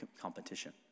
competition